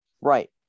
Right